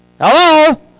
Hello